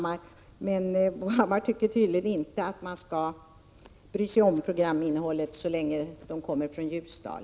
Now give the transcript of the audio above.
Men Bo Hammar tyckte tydligen inte att vi skall bry oss om programinnehållet — så länge programmen kommer från Ljusdal.